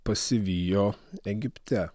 pasivijo egipte